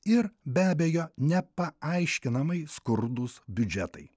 ir be abejo nepaaiškinamai skurdūs biudžetai